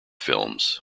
films